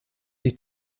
die